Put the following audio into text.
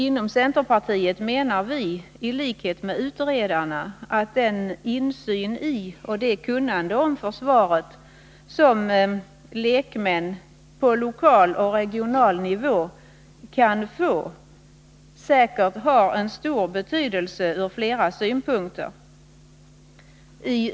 Inom centerpartiet menar vi i likhet med utredarna att den insyn i och det kunnande om försvaret som lekmän på lokal och regional nivå kan få säkerligen har stor betydelse ur flera synpunkter.